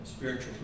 Spiritual